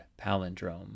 palindrome